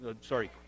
Sorry